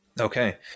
Okay